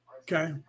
Okay